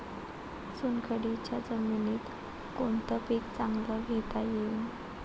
चुनखडीच्या जमीनीत कोनतं पीक चांगलं घेता येईन?